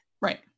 Right